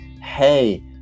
Hey